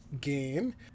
game